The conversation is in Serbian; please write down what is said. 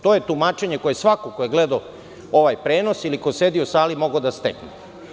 To je tumačenje koje je svako ko je gledao ovaj prenos ili ko je sedeo u sali mogao da stekne.